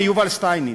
ליובל שטייניץ,